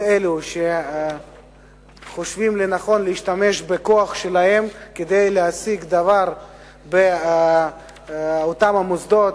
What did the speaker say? אלו שחושבים לנכון להשתמש בכוח שלהם כדי להשיג דבר באותם המוסדות.